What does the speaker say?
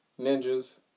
Ninjas